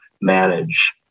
manage